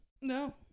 No